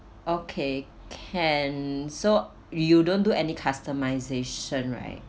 okay can so you don't do any customisation right